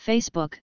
Facebook